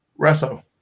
resso